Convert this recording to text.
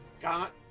got